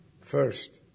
first